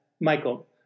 Michael